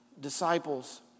disciples